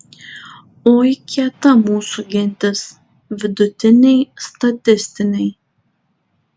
oi kieta mūsų gentis vidutiniai statistiniai